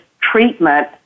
treatment